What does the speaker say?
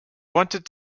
wanted